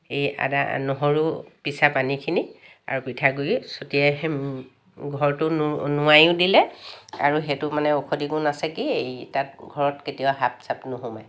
এই আদা নহৰু পিচা পানীখিনি আৰু পিঠাগুড়ি ছটিয়াই ঘৰটো নো নোৱায়ো দিলে আৰু সেইটো মানে ঔষধি গুণ আছে কি তাত ঘৰত কেতিয়াও সাপ চাপ নোসোমায়